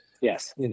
Yes